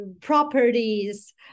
properties